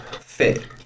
fit